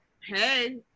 Hey